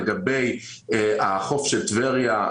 לגבי החוף של טבריה,